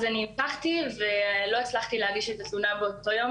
לא הצלחתי להגיש את התלונה באותו יום,